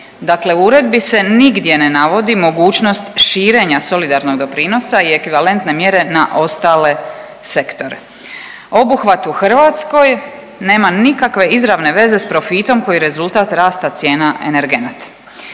Dakle, u uredbi se nigdje ne navodi mogućnost širenja solidarnog doprinosa i ekvivalentne mjere na ostale sektore. Obuhvat u Hrvatskoj nema nikakve izravne veze sa profitom koji je rezultat rasta cijena energenata.